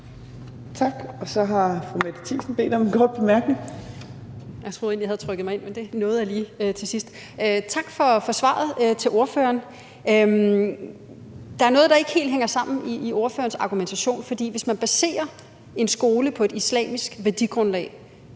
for svaret. Der er noget, der ikke helt hænger sammen i ordførerens argumentation. For hvis man baserer en skole på et islamisk værdigrundlag,